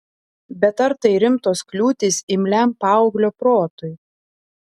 bet ar tai rimtos kliūtys imliam paauglio protui